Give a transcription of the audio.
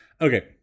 okay